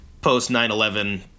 post-9-11